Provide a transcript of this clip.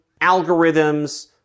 algorithms